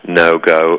no-go